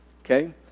okay